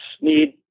need